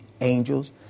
angels